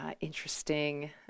interesting